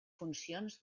funcions